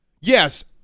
Yes